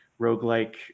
roguelike